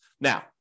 Now